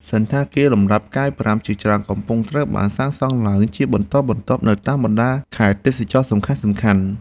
សណ្ឋាគារលំដាប់ផ្កាយប្រាំជាច្រើនកំពុងត្រូវបានសាងសង់ឡើងជាបន្តបន្ទាប់នៅតាមបណ្តាខេត្តទេសចរណ៍សំខាន់ៗ។